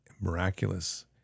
miraculous